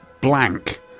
Blank